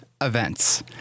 events